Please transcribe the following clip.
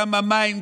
גם המים,